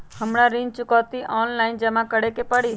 हमरा ऋण चुकौती ऑनलाइन जमा करे के परी?